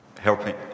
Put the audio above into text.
helping